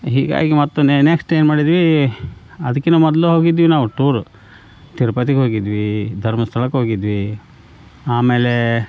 ಹೀಗಾಗಿ ಮತ್ತೆ ನೆಕ್ಸ್ಟ್ ಏನು ಮಾಡಿದ್ವಿ ಅದಕ್ಕಿನ್ನ ಮೊದಲು ಹೋಗಿದ್ವಿ ನಾವು ಟೂರು ತಿರುಪತಿಗೋಗಿದ್ವಿ ಧರ್ಮಸ್ಥಳಕ್ಕೆ ಹೋಗಿದ್ವಿ ಆಮೇಲೆ